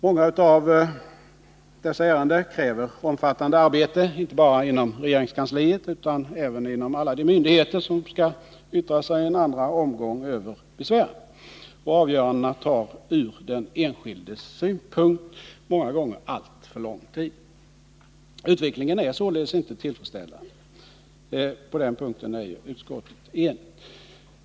Många av dessa ärenden kräver omfattande arbete, inte bara inom regeringskansliet utan även inom alla de myndigheter som skall yttra sig i en andra omgång över besvären. Och avgörandena tar ur den enskildes synpunkt många gånger alltför lång tid. Utvecklingen är således inte tillfredsställande; på den punkten är ju utskottet enigt.